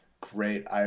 Great